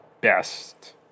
best